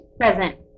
Present